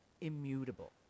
immutable